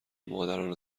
مادران